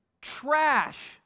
Trash